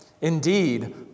Indeed